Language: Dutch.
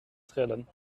trillen